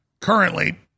currently